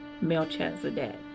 Melchizedek